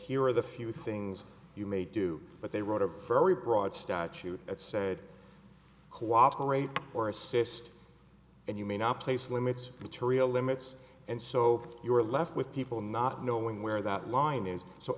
here are the few things you may do but they wrote a very broad statute that's sad cooperate or assist and you may not place limits which are real limits and so you are left with people not knowing where that line is so